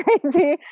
crazy